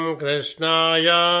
krishnaya